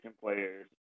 players